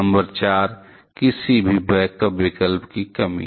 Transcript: number 4 किसी भी backup विकल्प की कमी